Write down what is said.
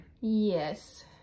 yes